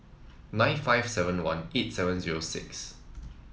nine five seven one eight seven zero six